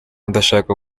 ndashaka